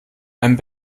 einem